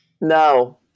No